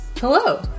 hello